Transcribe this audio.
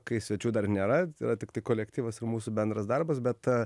kai svečių dar nėra yra tiktai kolektyvas ir mūsų bendras darbas bet